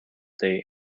day